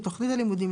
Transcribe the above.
לתוכנית הלימודים,